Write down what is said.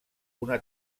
una